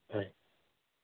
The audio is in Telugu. అయ్